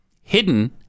Hidden